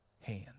hand